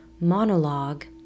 monologue